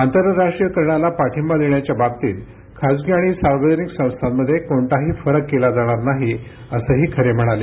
आंतरराष्ट्रीयकरणाला पाठिंबा देण्याच्या बाबतीत खासगी आणि सार्वजनिक संस्थांमध्ये कोणताही फरक केला जाणार नाही असंही खरे म्हणाले